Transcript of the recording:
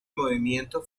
movimiento